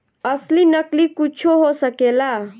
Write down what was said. असली नकली कुच्छो हो सकेला